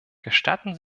gestatten